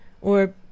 Or